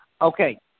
Okay